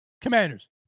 Commanders